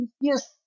Yes